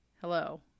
hello